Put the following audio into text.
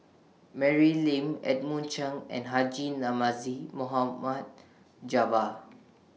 Mary Lim Edmund Chen and Haji Namazie Mohd Javad